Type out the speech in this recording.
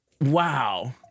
Wow